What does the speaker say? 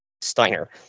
Steiner